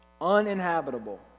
uninhabitable